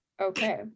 Okay